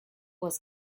was